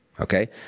okay